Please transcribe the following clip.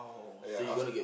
oh ya af~